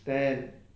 stan